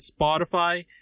Spotify